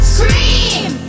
Scream